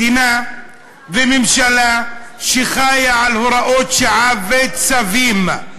מדינה וממשלה שחיה על הוראות שעה וצווים.